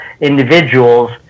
individuals